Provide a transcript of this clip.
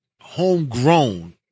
homegrown